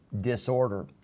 disorder